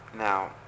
Now